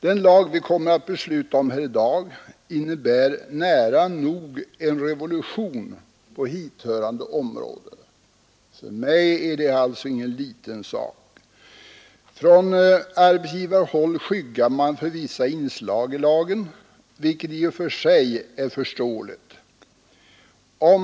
Den lag vi kommer att besluta om här i dag innebär nära nog-en revolution på hithörande område. För mig är det alls ingen liten sak. Från arbetsgivarhåll skyggar man inför lagen, vilket i och för sig är rätt förståeligt.